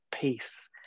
peace